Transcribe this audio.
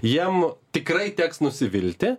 jiem tikrai teks nusivilti